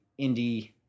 indie